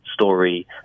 story